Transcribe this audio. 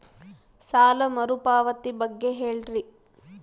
ಸಾಲ ಮರುಪಾವತಿ ಬಗ್ಗೆ ಹೇಳ್ರಿ?